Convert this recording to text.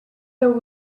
there